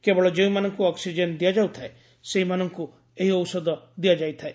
କେବଳ ଯେଉଁମାନଙ୍କୁ ଅକ୍ୱିଜେନ୍ ଦିଆଯାଉଥାଏ ସେହିମାନଙ୍କୁ ଏହି ଔଷଧ ଦିଆଯାଇଥାଏ